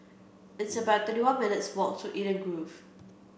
it's about thirty one minutes' walk to Eden Grove